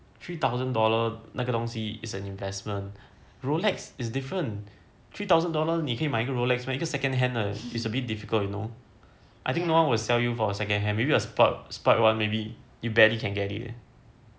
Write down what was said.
three thousand dollar 那个东西 is an investment rolex is different three thousand dollars 你可以买个 rolex meh a second hand is a bit difficult you know I think no one will sell you for a second hand maybe a spoilt spoilt one maybe you barely can get it